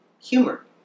humor